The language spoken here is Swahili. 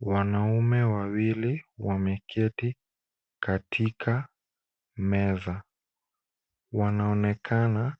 Wanaume wawili wameketi katika meza. Wanaonekana